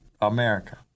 America